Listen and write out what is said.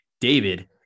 David